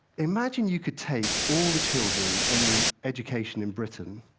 imagine you could take all the children in education in britain,